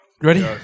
ready